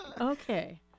Okay